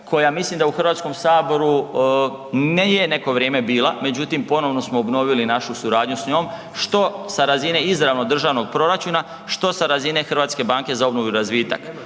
koja mislim da u Hrvatskom saboru nije neko vrijeme bila, međutim ponovno smo obnovili našu suradnju s njom što sa razine izravnog državnog proračuna, što sa razine HBOR-a. To je jedna vrijedna